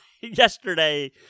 yesterday